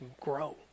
grow